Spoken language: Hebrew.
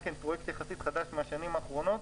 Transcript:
פרויקט יחסית חדש מהשנים האחרונות,